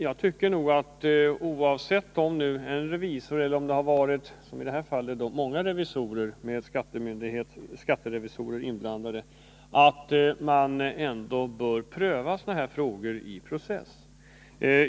Jag tycker att sådana här frågor, oavsett om en revisor eller — som i det aktuella fallet — många skatterevisorer har varit inkopplade, ändå bör prövas i process.